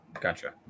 Gotcha